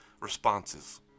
responses